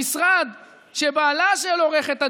המשרד שבעלה של עורכת הדין,